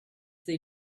they